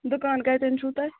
دُکان کَتیٚن چھُو تۄہہِ